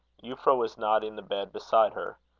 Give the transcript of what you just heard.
euphra was not in the bed beside her.